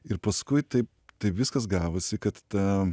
ir paskui taip taip viskas gavosi kad ta